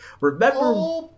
Remember